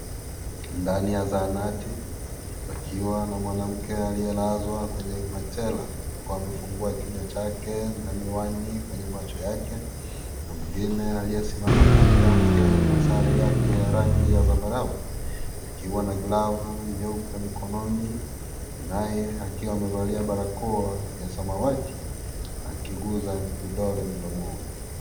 Ndani ya zahanati wakiwa na mwanamke aliyelazwa kwenye majela huku amefungua kinywa chake na miwani kwenye macho yake na mwingine aliyesimama kando yake na sare yake ya rangi ya sambarau akiwa na glavu nyeupe mkononi naye akiwa amevalia barakoa ya samawati akiguza vidole mdomoni.